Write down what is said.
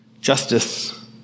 justice